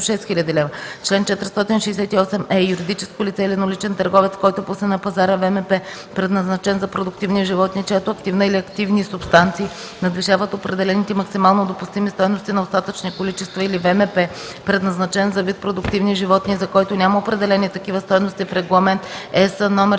6000 лв. Чл. 468е. Юридическо лице или едноличен търговец, който пусне на пазара ВМП, предназначен за продуктивни животни, чиято активна или активни субстанции надвишават определените максимално допустими стойности на остатъчни количества или ВМП, предназначен за вид продуктивни животни, за който няма определени такива стойности в Регламент (ЕС)